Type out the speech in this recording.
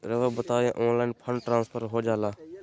रहुआ बताइए online fund transfer हो जाला?